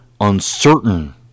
uncertain